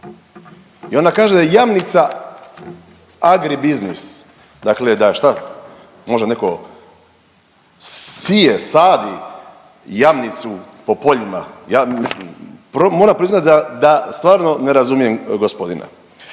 i onda kaže da je Jamnica agri biznis. Dakle, da šta, možda netko sije, sadi Jamnicu po poljima. Ja mislim, moram priznat da, da stvarno ne razumijem gospodina.